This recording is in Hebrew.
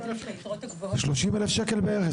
זה 30,000 שקלים בערך?